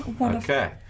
okay